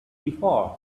before